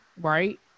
right